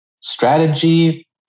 strategy